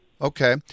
Okay